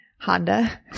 Honda